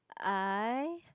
I